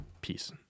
peace